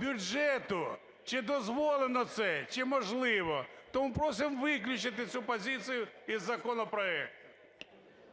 бюджету, чи дозволено це, чи можливо. Тому просимо виключити цю позицію із законопроекту.